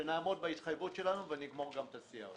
שנעמוד בהתחייבות שלנו ונגמור גם את ה-CRS.